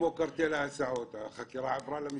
בקרטל ההסעות החקירה עברה למשטרה.